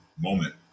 moment